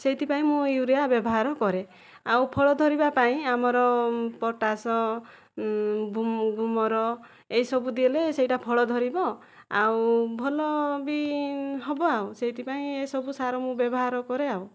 ସେଥିପାଇଁ ମୁଁ ୟୁରିଆ ବ୍ୟବହାର କରେ ଆଉ ଫଳ ଧରିବା ପାଇଁ ଆମର ପଟାସ ଗୁମର ଏହିସବୁ ଦେଲେ ସେହିଟା ଫଳ ଧରିବା ଆଉ ଭଲ ବି ହେବ ଆଉ ସେଥିପାଇଁ ମୁଁ ଏ ସବୁ ସାର ବ୍ୟବହାର କରେ